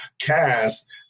cast